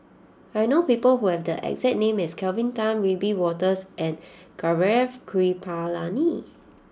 I know people who have the exact name as Kelvin Tan Wiebe Wolters and Gaurav Kripalani